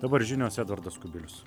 dabar žinios edvardas kubilius